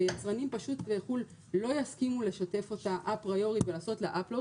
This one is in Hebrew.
כי היצרנים פשוט בחו"ל לא יסכימו לשתף אותה אפריורית ולעשות לה upload,